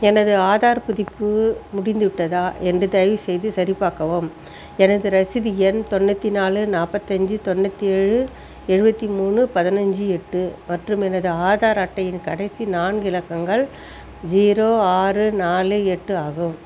எனது ஆதார் புதுப்பிப்பு முடிந்துவிட்டதா என்று தயவுசெய்து சரிபார்க்கவும் எனது ரசீது எண் தொண்ணூற்றி நாலு நாற்பத்தஞ்சி தொண்ணூற்றி ஏழு எழுபத்தி மூணு பதினைஞ்சு எட்டு மற்றும் எனது ஆதார் அட்டையின் கடைசி நான்கு இலக்கங்கள் ஜீரோ ஆறு நாலு எட்டு ஆகும்